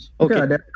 okay